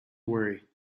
worry